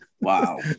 Wow